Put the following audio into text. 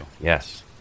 Yes